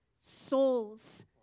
souls